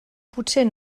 potser